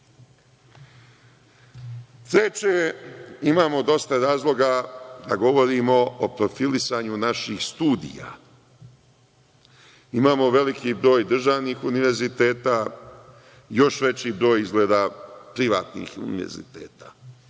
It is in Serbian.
imamo dosta razloga da govorimo o profilisanju naših studija. Imamo veliki broj državnih univerziteta, još veći broj, izgleda, privatnih univerziteta,